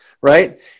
right